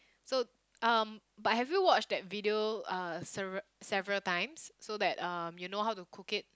so um but have you watched that video uh several several times so that uh you know how to cook it